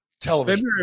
Television